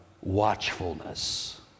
watchfulness